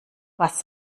was